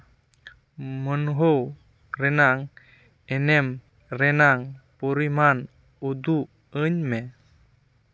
ᱢᱟᱱᱦᱟᱹᱣ ᱨᱮᱱᱟᱝ ᱮᱱᱮᱢ ᱨᱮᱱᱟᱝ ᱯᱚᱨᱤᱢᱟᱱ ᱩᱫᱩᱜ ᱟᱹᱧ ᱢᱮ